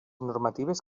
normatives